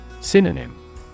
Synonym